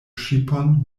ŝipon